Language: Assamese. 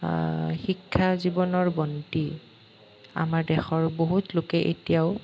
শিক্ষা জীৱনৰ বন্তি আমাৰ দেশৰ বহুত লোকে এতিয়াও